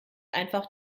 einfach